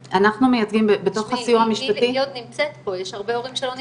היא עוד נמצאת פה, יש עוד הרבה הורים שלא נמצאים.